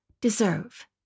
deserve